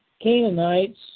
Canaanites